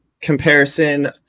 comparison